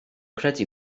credu